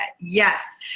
Yes